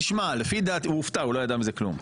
הוא הופתע, הוא לא ידע מזה כלום.